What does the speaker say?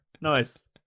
Nice